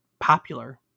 Popular